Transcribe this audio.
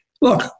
Look